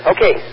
Okay